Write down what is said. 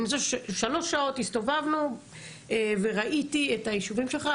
שלוש שעות הסתובבנו וראיתי את הישובים שלך,